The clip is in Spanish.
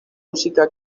música